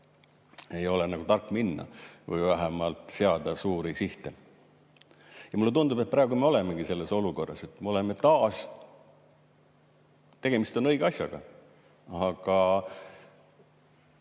ei ole tark minna või vähemalt seada suuri sihte. Mulle tundub, et praegu me olemegi selles olukorras taas, et tegemist on õige asjaga, aga